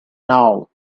now